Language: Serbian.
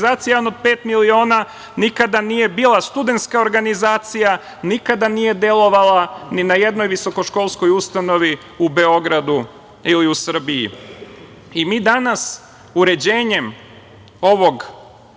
„jedan od 5 miliona“, nikada nije bila studentska organizacija, nikada nije delovala ni na jednoj visoko školskoj ustanovi, u Beogradu, ili u Srbiji. Mi danas uređenjem ove